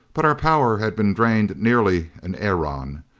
but our power had been drained nearly an aeron,